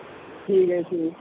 ਠੀਕ ਹੈ ਠੀਕ